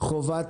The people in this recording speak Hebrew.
חובת